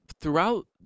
throughout